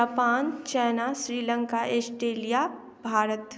Japan China Sri Lanka Australia Bharat